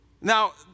Now